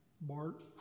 Bart